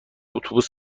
اتوبوس